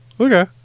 Okay